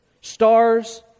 stars